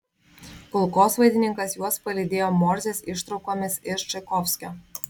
kulkosvaidininkas juos palydėjo morzės ištraukomis iš čaikovskio